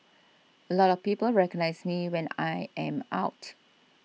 a lot of people recognise me when I am out